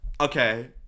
Okay